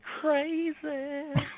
crazy